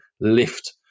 lift